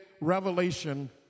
revelation